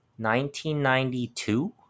1992